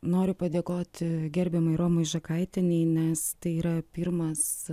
noriu padėkot gerbiamai romai žakaitienei nes tai yra pirmas